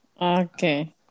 Okay